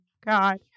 God